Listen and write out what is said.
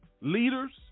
Leaders